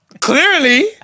Clearly